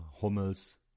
Hummels